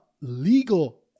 legal